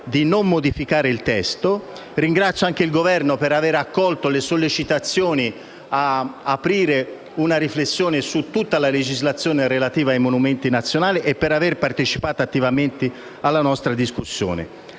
di non modificare il testo. Ringrazio anche il Governo per aver accolto le sollecitazioni volte ad aprire una riflessione su tutta la legislazione relativa ai monumenti nazionali e per aver partecipato attivamente alla nostra discussione.